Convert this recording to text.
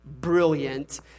brilliant